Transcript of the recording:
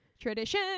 tradition